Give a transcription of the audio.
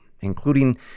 including